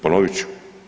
Ponovit ću.